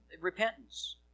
repentance